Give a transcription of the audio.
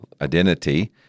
identity